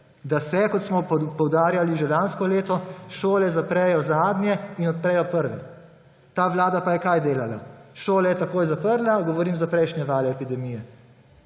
da se, kot smo poudarjali že lansko leto, šole zaprejo zadnje in odprejo prve. Ta vlada pa je delala – kaj? Šole je takoj zaprla, govorim za prejšnje vale epidemije,